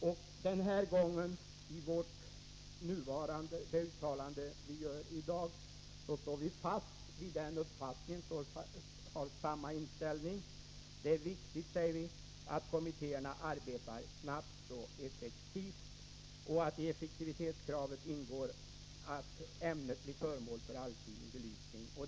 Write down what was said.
I det betänkande som i dag föreligger står vi fast vid denna uppfattning — vi har samma inställning. Vi säger nu: ”Det är naturligtvis viktigt att kommitté erna arbetar snabbt och effektivt. I effektivitetskravet ingår emellertid att ämnet blir föremål för en allsidig belysning.